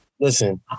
Listen